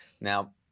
Now